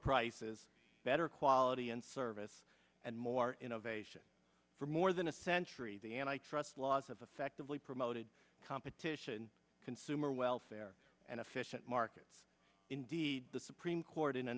prices better quality and service and more innovation for more than a century the antitrust laws of effectively promoted competition consumer welfare and efficient markets indeed the supreme court in a